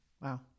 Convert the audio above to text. Wow